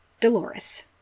Dolores